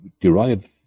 derive